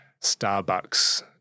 Starbucks